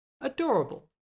Adorable